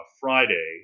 Friday